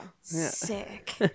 sick